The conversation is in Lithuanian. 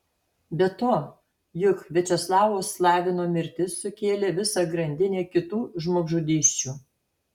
be to juk viačeslavo slavino mirtis sukėlė visą grandinę kitų žmogžudysčių